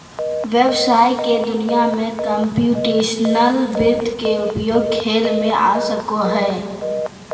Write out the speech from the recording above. व्हवसाय के दुनिया में कंप्यूटेशनल वित्त के उपयोग खेल में आ सको हइ